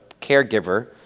caregiver